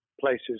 places